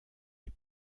les